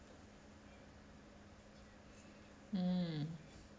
mm